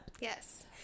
Yes